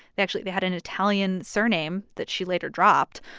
they actually they had an italian surname that she later dropped.